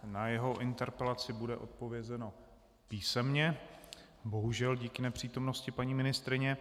Na jeho interpelaci bude odpovězeno písemně, bohužel, díky nepřítomnosti paní ministryně.